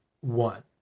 one